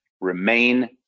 remain